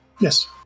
Yes